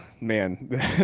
man